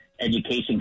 Education